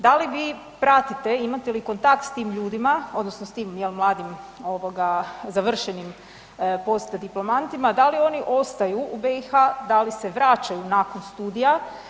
Da li vi pratite, imate li kontakt s tim ljudima, odnosno s tim mladim završenim post diplomantima da li oni ostaju u BiH, da li se vraćaju nakon studija.